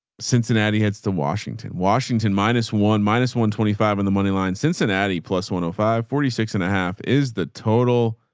cincinnati heads to washington, washington, minus one, minus one twenty five and the moneyline cincinnati plus one oh five forty six and a half is the total.